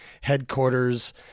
headquarters